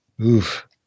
Oof